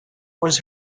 was